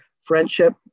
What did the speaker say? Friendship